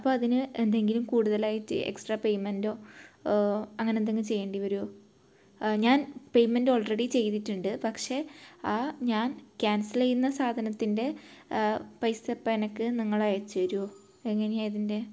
അപ്പം അതിന് എന്തെങ്കിലും കൂടുതലായിട്ട് എക്സ്ട്രാ പേയ്മെൻറ്റോ അങ്ങനെയെന്തെങ്കിൽ ചെയ്യേണ്ടി വരുവോ ഞാൻ പേയ്മെൻറ്റ് ഓൾറെഡി ചെയ്തിട്ടുണ്ട് പക്ഷേ ആ ഞാൻ ക്യാൻസൽ ചെയ്യുന്ന സാധനത്തിൻ്റെ പൈസ എപ്പം എനിക്ക് നിങ്ങളയച്ച് തരുവോ എങ്ങനെയാണ് ഇതിൻ്റെ